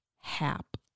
Hap